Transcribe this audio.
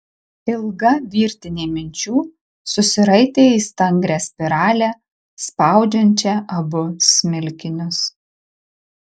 ilga virtinė minčių susiraitė į stangrią spiralę spaudžiančią abu smilkinius